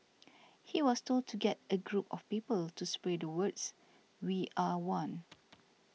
he was told to get a group of people to spray the words we are one